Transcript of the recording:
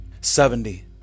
Seventy